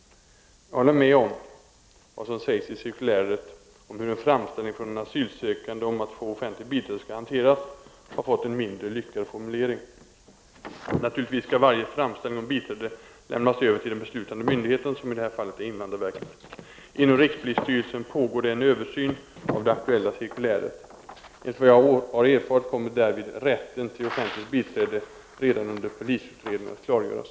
Jag håller med om att vad som sägs i cirkuläret om hur en framställning från en asylsökande om att få offentligt biträde skall hanteras har fått en Prot. 1989/90:30 mindre lyckad formulering. Naturligtvis skall varje framställning om biträde 21 november 1989 lämnas över till den beslutande myndigheten som i det här fallet är invanFd= 0 rarverket. Inom rikspolisstyrelsen pågår det en översyn av det aktuella cirkuläret. Enligt vad jag har erfarit kommer därvid rätten till offentligt biträde redan under polisutredningen att klargöras.